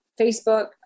Facebook